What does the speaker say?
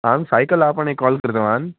आं सैकल् आपणे काल् कृतवान्